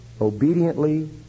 obediently